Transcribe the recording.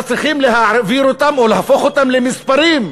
צריכים להעביר אותם או להפוך אותם למספרים,